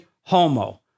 Homo